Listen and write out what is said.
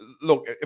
Look